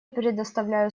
предоставляю